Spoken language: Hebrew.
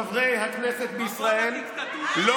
על כתפיו של בית המשפט חברת הכנסת חנין זועבי, רק